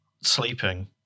Sleeping